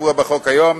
כקבוע בחוק כיום,